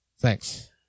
thanks